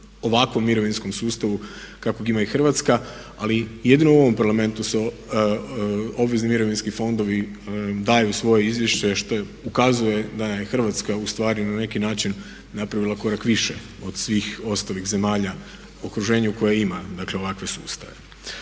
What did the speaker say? ovakvom mirovinskog sustavu kakvog ima i Hrvatska. Ali jedino u ovom Parlamentu su obvezni mirovinski fondovi daju svoje izvješće što ukazuje da je Hrvatska ustvari na neki način napravila korak više od svih ostalih zemalja u okruženju koje imaju ovakve sustave.